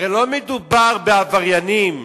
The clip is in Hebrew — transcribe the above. הרי לא מדובר בעבריינים,